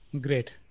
great